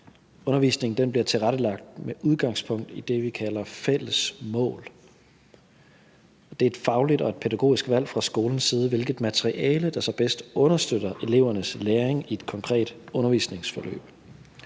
Undervisningen bliver tilrettelagt med udgangspunkt i det, vi kalder fælles mål. Det er et fagligt og pædagogisk valg fra skolens side, hvilket materiale der så bedst understøtter elevernes læring i et konkret undervisningsforløb.